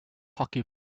hockey